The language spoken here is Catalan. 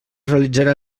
realitzarà